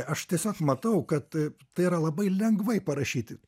aš tiesiog matau kad tai yra labai lengvai parašyti